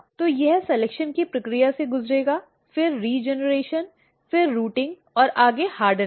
तो यह सेलेक्शन की प्रक्रिया से गुजरेगा फिर रीजिनर्एशन फिर रूटिंग और आगे हार्ड्निंग